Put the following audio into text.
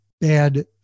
bad